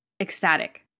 ecstatic